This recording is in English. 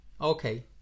Okay